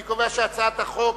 אני קובע שהצעת החוק